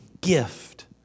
gift